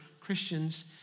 Christians